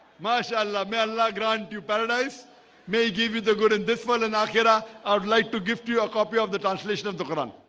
masha allah may allah grant you paradise may give you the good in this one and akhirah i would like to give to your copy of the translation of the quran